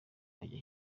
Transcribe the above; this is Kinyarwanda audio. bajya